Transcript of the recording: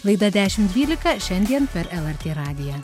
laida dešimt dvylika šiandien per lrt radiją